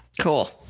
Cool